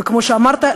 וכמו שאמרת,